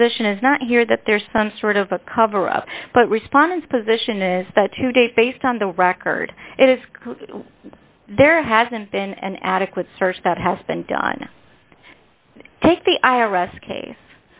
position is not here that there's some sort of a cover up but response position is that to date based on the record it is there hasn't been an adequate search that has been done take the i r s case